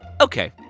Okay